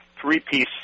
three-piece